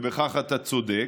ובכך אתה צודק,